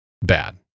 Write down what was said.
bad